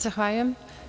Zahvaljujem.